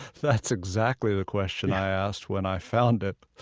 that's exactly the question i asked when i found it.